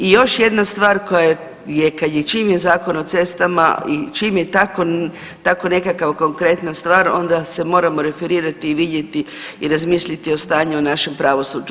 I još jedna stvar koja je kad je čim je Zakon o cestama i čim je tako nekakav konkretna stvar onda se moramo referirati i vidjeti i razmisliti o stanju u našem pravosuđu.